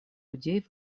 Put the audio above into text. людей